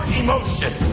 emotion